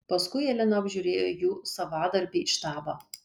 paskui elena apžiūrėjo jų savadarbį štabą